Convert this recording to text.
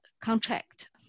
contract